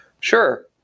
Sure